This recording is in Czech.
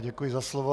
Děkuji za slovo.